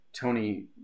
tony